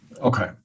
Okay